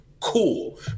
cool